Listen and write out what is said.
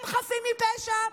הם חפים מפשע?